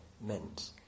meant